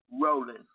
rolling